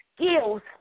skills